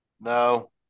No